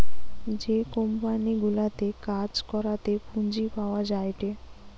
যে কোম্পানি গুলাতে কাজ করাতে পুঁজি পাওয়া যায়টে